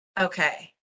okay